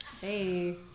Hey